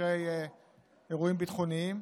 למקרי אירועים ביטחוניים.